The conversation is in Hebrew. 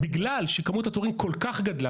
בגלל שכמות התורים כל כך גדלה,